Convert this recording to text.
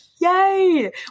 Yay